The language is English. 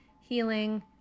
healing